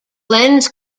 lens